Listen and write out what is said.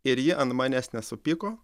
ir ji an manęs nesupyko